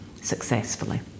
successfully